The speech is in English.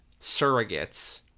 Surrogates